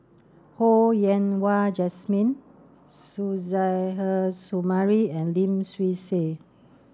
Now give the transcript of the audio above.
Ho Yen Wah Jesmine Suzairhe Sumari and Lim Swee Say